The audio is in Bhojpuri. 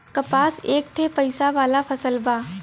कपास एक ठे पइसा वाला फसल बा